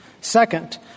Second